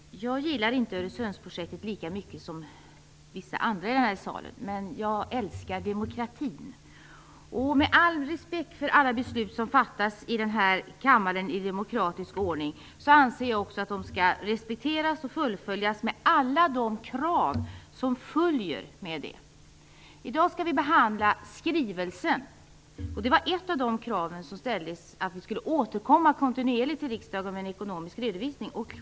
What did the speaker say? Herr talman! Jag gillar inte Öresundsbroprojektet lika mycket som vissa andra i den här salen gör, men jag älskar demokratin. Med all respekt för alla beslut som i demokratisk ordning fattas i denna kammare anser jag att de skall respekteras och fullföljas med alla de krav som följer med detta. I dag skall vi behandla skrivelsen. Ett av de krav som har ställts är att en ekonomisk redovisning kontinuerligt skulle lämnas till riksdagen.